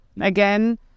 Again